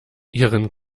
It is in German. ihren